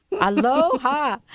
Aloha